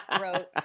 wrote